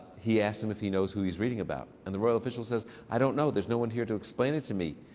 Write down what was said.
he asks him if he knows who he is reading about. and the royal official says, i don't know. there's no one here to explain it to me.